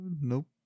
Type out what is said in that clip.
Nope